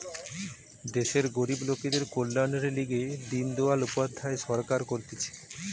দেশের গরিব লোকদের কল্যাণের লিগে দিন দয়াল উপাধ্যায় সরকার করতিছে